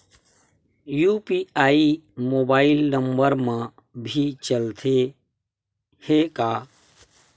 UPI mobile number मा भी चलते हे का?